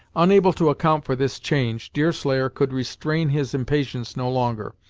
unable to account for this change, deerslayer could restrain his impatience no longer.